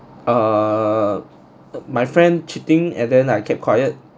err my friend cheating and then I kept quiet